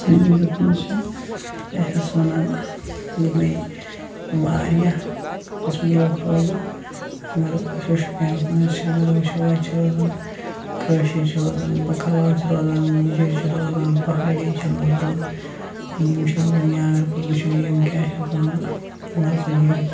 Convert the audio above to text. سٲنِس یَتھ منٛز چھِ کیٛاہ چھِ اَتھ وَنان یِمَے واریاہ قٕسمٕکۍ لُکھ روزان اگر وٕچھو شُپیَنَس منٛز چھِ اگر وٕچھو اَتہِ چھِ روزان کٲشِرۍ چھِ روزان بٔکٕروال چھِ روزان گُجِرۍ چھِ روزان پہاڑی چھِ روزان یِم چھِ روزان یا اگر پَتہٕ وٕچھو یِم کیٛاہ چھِ اَتھ وَنان یِم ہَسا یِم